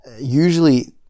usually